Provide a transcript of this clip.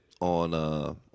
on